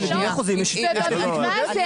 ולדיני חוזים יש דרך להתמודד.